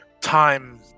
Time